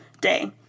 day